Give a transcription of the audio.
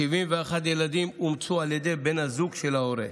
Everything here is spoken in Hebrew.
71 ילדים אומצו על ידי בן הזוג של ההורה.